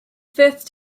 fifth